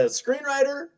screenwriter